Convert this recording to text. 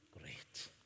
great